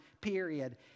period